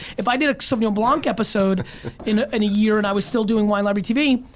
if i did a sauvignon blanc episode in ah and a year and i was still doing wine library tv,